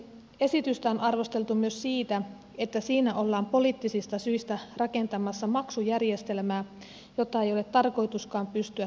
esitystä on arvosteltu myös siitä että siinä ollaan poliittisista syistä rakentamassa maksujärjestelmää jota ei ole tarkoituskaan pystyä toteuttamaan